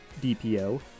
DPO